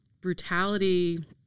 brutality